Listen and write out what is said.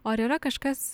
o ar yra kažkas